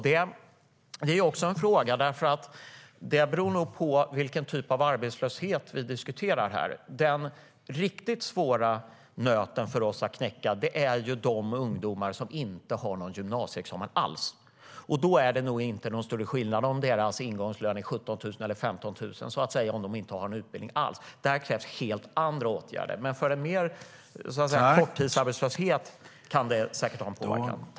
Det beror på vilken typ av arbetslöshet som vi diskuterar. Den riktigt svåra nöten för oss att knäcka är ju de ungdomar som inte har någon gymnasieutbildning. Då är det nog inte någon större skillnad om deras ingångslön är 15 000 kr eller 17 000 kr, om de inte har någon utbildning alls. Här krävs helt andra åtgärder. Men vid en korttidsarbetslöshet kan lönen säkert påverka.